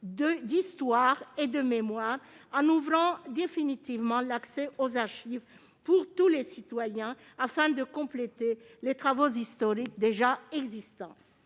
d'histoire et de mémoire, en ouvrant définitivement l'accès aux archives à tous les citoyens, afin de compléter les travaux historiques déjà engagés.